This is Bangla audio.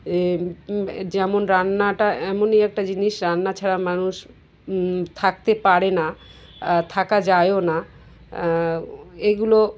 এ যেমন রান্নাটা এমনই একটা জিনিস রান্না ছাড়া মানুষ থাকতে পারে না থাকা যায়ও না এগুলো